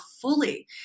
fully